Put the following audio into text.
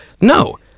no